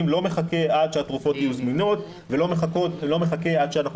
לא מחכה עד שהתרופות יהיו זמינות ולא מחכה עד שאנחנו